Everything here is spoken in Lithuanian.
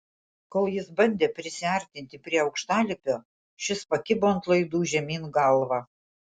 kol jis bandė prisiartinti prie aukštalipio šis pakibo ant laidų žemyn galva